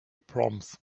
proms